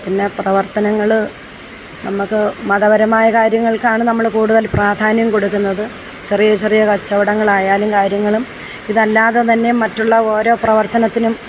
പിന്നെ പ്രവർത്തനങ്ങൾ നമ്മൾക്ക് മതപരമായ കാര്യങ്ങൾക്കാണ് നമ്മൾ കൂടുതൽ പ്രാധാന്യം കൊടുക്കുന്നത് ചെറിയ ചെറിയ കച്ചവടങ്ങളായാലും കാര്യങ്ങളും ഇതല്ലാതെ തന്നെ മറ്റുള്ള ഓരോ പ്രവർത്തനത്തിനും